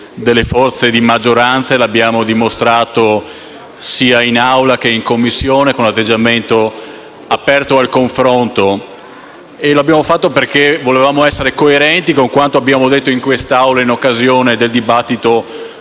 delle forze di maggioranza. Lo abbiamo dimostrato sia in Assemblea che in Commissione, con un atteggiamento aperto al confronto, e lo abbiamo fatto perché volevamo essere coerenti con quanto detto in quest'Assemblea in occasione del dibattito